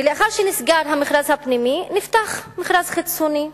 לאחר שנסגר המכרז הפנימי נפתח מכרז חיצוני,